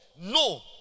No